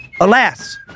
Alas